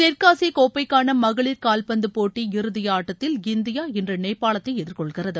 தெற்காசிய கோப்பைக்கான மகளிர் காவ்பந்து போட்டி இறுதி ஆட்டத்தில் இந்தியா இன்று நேபாளத்தை எதிர்கொள்கிறது